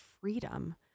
freedom